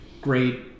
great